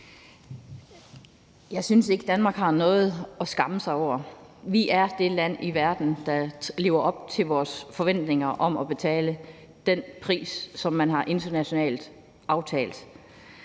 Jeg synes ikke, at Danmark har noget at skamme sig over. Vi er det land i verden, der lever op til forventningerne om at betale den pris, som man internationalt har aftalt.